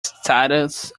status